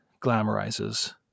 glamorizes